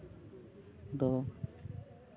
ᱫᱚ